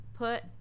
Put